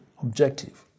objective